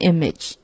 Image